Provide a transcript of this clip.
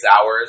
hours